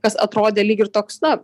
kas atrodė lyg ir toks na